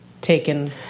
taken